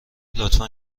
لطفا